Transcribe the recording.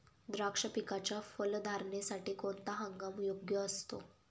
द्राक्ष पिकाच्या फलधारणेसाठी कोणता हंगाम योग्य असतो?